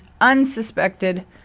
unsuspected